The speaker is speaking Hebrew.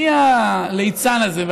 מי הליצן הזה,